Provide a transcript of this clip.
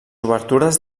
obertures